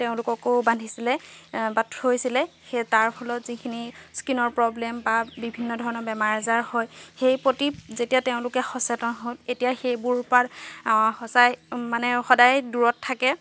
তেওঁলোককো বান্ধিছিলে বা থৈছিলে সেই তাৰ ফলত যিখিনি স্কিনৰ প্ৰব্লেম বা বিভিন্ন ধৰণৰ বেমাৰ আজাৰ হয় সেই প্ৰতি যেতিয়া তেওঁলোকে সচেতন হ'ল এতিয়া সেইবোৰ উপাৰ সঁচাই মানে সদায় দূৰত থাকে